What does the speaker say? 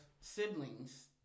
siblings